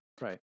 Right